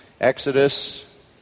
Exodus